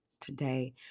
today